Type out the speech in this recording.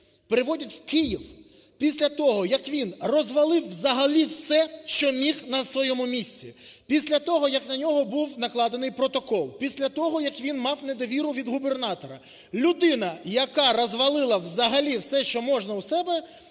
переводять в Київ, після того, як він розвалив взагалі все, що міг, на своєму місці. Після того, на нього був накладений протокол. Після того, як він мав недовіру від губернатора. Людина, яка розвалила взагалі все, що можна у себе,